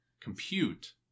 compute